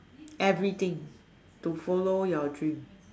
everything to follow your dream